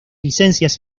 licencias